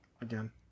again